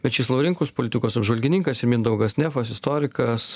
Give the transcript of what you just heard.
mečys laurinkus politikos apžvalgininkas ir mindaugas nefas istorikas